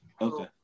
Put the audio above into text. Okay